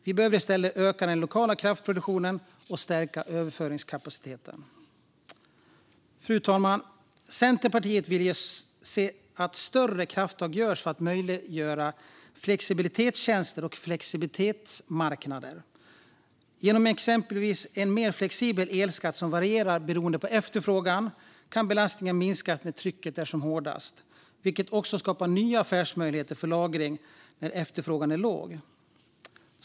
Vi behöver i stället öka den lokala kraftproduktionen och stärka överföringskapaciteten. Fru talman! Centerpartiet vill se att större krafttag tas för att möjliggöra flexibilitetstjänster och flexibilitetsmarknader. Genom exempelvis en mer flexibel elskatt som varierar beroende på efterfrågan kan belastningen minskas när trycket är som hårdast, vilket också skapar nya affärsmöjligheter för lagring när efterfrågan är låg.